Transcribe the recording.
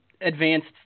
advanced